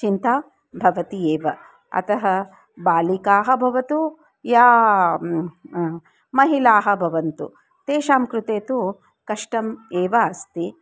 चिन्ता भवति एव अतः बालिकाः भवन्तु या महिलाः भवन्तु तेषां कृते तु कष्टम् एव अस्ति